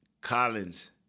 Collins